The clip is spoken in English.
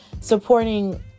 supporting